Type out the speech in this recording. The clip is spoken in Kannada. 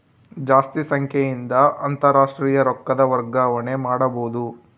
ಜಾಸ್ತಿ ಸಂಖ್ಯೆಯಿಂದ ಅಂತಾರಾಷ್ಟ್ರೀಯ ರೊಕ್ಕದ ವರ್ಗಾವಣೆ ಮಾಡಬೊದು